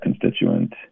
constituent